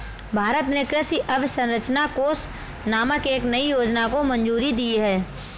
भारत ने कृषि अवसंरचना कोष नामक एक नयी योजना को मंजूरी दी है